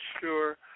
sure